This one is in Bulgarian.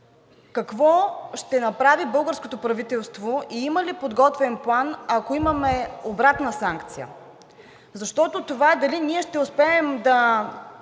какво ще направи българското правителство и има ли подготвен план, ако имаме обратна санкция? Защото това е дали ние ще успеем да